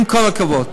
עם כל הכבוד.